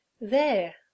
There